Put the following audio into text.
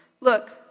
Look